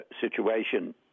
situation